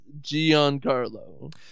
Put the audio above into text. Giancarlo